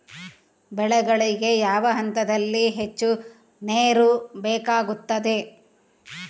ಬೆಳೆಗಳಿಗೆ ಯಾವ ಹಂತದಲ್ಲಿ ಹೆಚ್ಚು ನೇರು ಬೇಕಾಗುತ್ತದೆ?